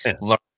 learn